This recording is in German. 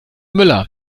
müller